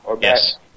Yes